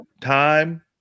time